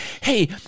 hey